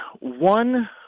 one